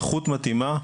באיכות מתאימה,